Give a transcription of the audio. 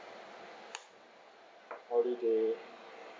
holiday